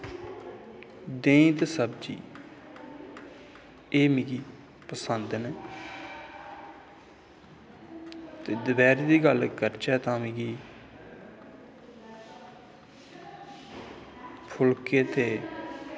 देहीं ते सब्जी एह् मिगी पसंद न ते दपैह्रीं दी गल्ल करचै तां मिगी फुलके ते